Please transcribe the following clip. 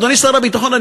אדוני שר הביטחון,